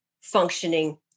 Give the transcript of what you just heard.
functioning